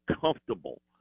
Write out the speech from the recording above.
comfortable